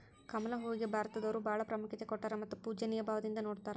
ಕಮಲ ಹೂವಿಗೆ ಭಾರತದವರು ಬಾಳ ಪ್ರಾಮುಖ್ಯತೆ ಕೊಟ್ಟಾರ ಮತ್ತ ಪೂಜ್ಯನಿಯ ಭಾವದಿಂದ ನೊಡತಾರ